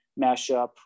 mashup